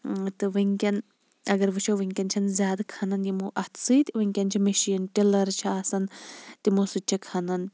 تہٕ وٕنکٮ۪ن اَگَر وٕچھو وٕنکٮ۪ن چھَنہٕ زیادٕ کھَنَان یِمو اتھٕ سۭتۍ وٕنکٮ۪ن چھِ مِشیٖن ٹِلَرٕز چھِ آسَان تِمو سۭتۍ چھِ کھَنَان